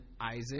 Isaac